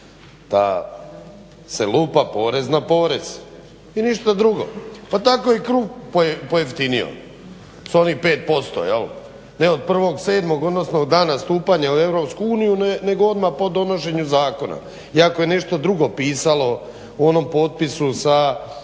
da se lupa porez na porez i ništa drugo. Pa tako je i kruh pojeftinio sa onih 5%. Ne od 1.7. odnosno od dana stupanja u EU nego odmah po donošenju zakona, iako je nešto drugo pisalo u onom potpisu sa